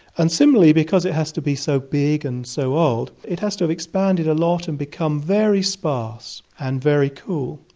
and similarly, because it has to be so big and so old, it has to have expanded a lot and become very sparse and very cool.